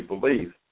believe